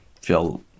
feel